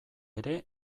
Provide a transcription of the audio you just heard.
ere